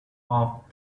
off